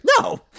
No